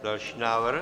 Další návrh.